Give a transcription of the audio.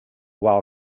while